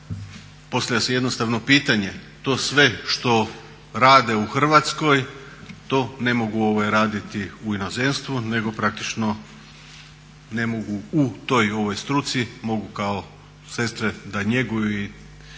postavlja se jednostavno pitanje, to sve što rade u Hrvatskoj to ne mogu raditi u inozemstvu nego praktično ne mogu u toj struci, mogu kao sestre da njeguju i